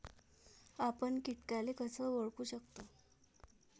आपन कीटकाले कस ओळखू शकतो?